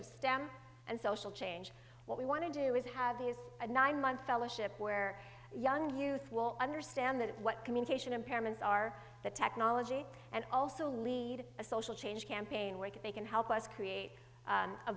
of stem and social change what we want to do is have these a nine month fellowship where young youth will understand that what communication impairments are the technology and also lead a social change campaign where they can help us create